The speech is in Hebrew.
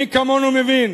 מי כמונו מבין